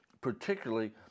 particularly